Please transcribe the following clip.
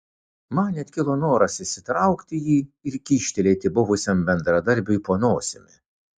man net kilo noras išsitraukti jį ir kyštelėti buvusiam bendradarbiui po nosimi